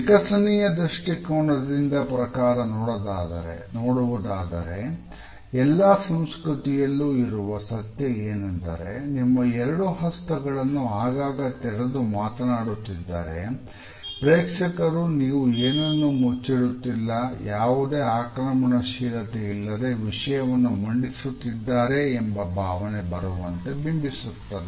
ವಿಕಸನೀಯ ದೃಷ್ಟಿಕೋನದ ಪ್ರಕಾರ ನೋಡುವುದಾದರೆ ಎಲ್ಲಾ ಸಂಸ್ಕೃತಿಯಲ್ಲೂ ಇರುವ ಸತ್ಯ ಏನೆಂದರೆ ನಿಮ್ಮ ಎರಡು ಹಸ್ತುಗಳನ್ನು ಆಗಾಗ ತೆರೆದು ಮಾತನಾಡುತ್ತಿದ್ದಾರೆ ಪ್ರೇಕ್ಷಕರು ನೀವು ಏನನ್ನು ಮುಚ್ಚಿಡುತ್ತಿಲ್ಲ ಯಾವುದೇ ಆಕ್ರಮಣಶೀಲತೆ ಇಲ್ಲದೆ ವಿಷಯವನ್ನು ಮಂಡಿಸುತ್ತಿದ್ದಾರೆ ಎಂಬ ಭಾವನೆ ಬರುವಂತೆ ಬಿಂಬಿಸುತ್ತದೆ